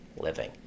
living